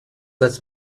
lets